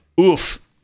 Oof